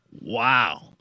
Wow